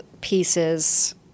pieces